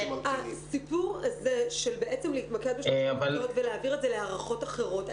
הסיפור הזה של להתמקד בשלושה מקצועות ולהעביר את זה להערכות אחרות,